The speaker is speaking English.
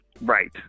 right